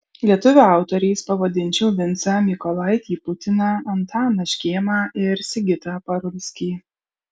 lietuvių autoriais pavadinčiau vincą mykolaitį putiną antaną škėmą ir sigitą parulskį